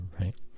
right